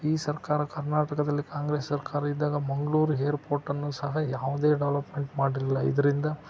ಈ ಸರ್ಕಾರ ಕರ್ನಾಟಕದಲ್ಲಿ ಕಾಂಗ್ರೆಸ್ ಸರ್ಕಾರ ಇದ್ದಾಗ ಮಂಗ್ಳೂರು ಏರ್ಪೋರ್ಟನ್ನು ಸಹ ಯಾವುದೇ ಡೆವಲಪ್ಮೆಂಟ್ ಮಾಡಿರ್ಲ ಇದರಿಂದ